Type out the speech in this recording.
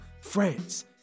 France